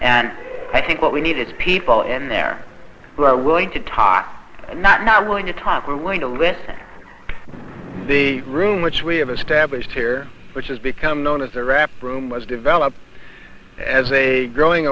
and i think what we need is people in there who are willing to talk and not not willing to talk we're willing to listen the room which we have established here which has become known as the rap room was developed as a growing